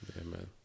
Amen